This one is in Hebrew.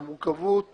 המורכבות